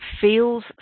feels